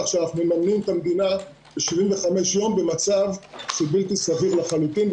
כך שאנחנו מממנים את המדינה ב-75 יום במצב שהוא בלתי סביר לחלוטין,